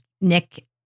Nick